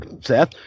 Seth